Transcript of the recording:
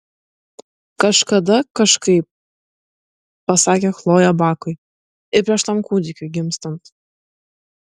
kažkada kažkaip pasakė chlojė bakui ir prieš tam kūdikiui gimstant